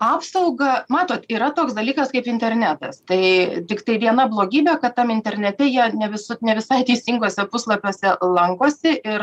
apsaugą matot yra toks dalykas kaip internetas tai tiktai viena blogybė ka tam internete jie ne visu ne visai teisinguose puslapiuose lankosi ir